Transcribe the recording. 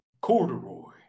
Corduroy